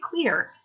clear